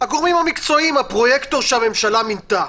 הגורמים המקצועיים, הפרויקטור שהממשלה מינתה